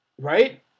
Right